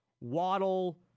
Waddle